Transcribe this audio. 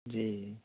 ਜੀ